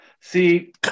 See